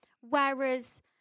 Whereas